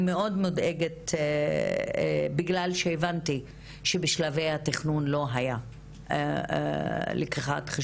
אני מאוד מודאגת בגלל שהבנתי שבשלבי התכנון לא נלקחו בחשבון